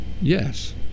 yes